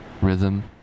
rhythm